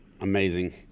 Amazing